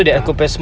ah